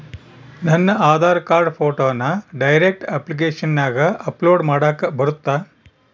ನನ್ನ ಆಧಾರ್ ಕಾರ್ಡ್ ಫೋಟೋನ ಡೈರೆಕ್ಟ್ ಅಪ್ಲಿಕೇಶನಗ ಅಪ್ಲೋಡ್ ಮಾಡಾಕ ಬರುತ್ತಾ?